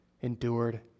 endured